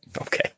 Okay